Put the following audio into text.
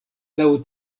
laŭ